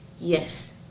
Yes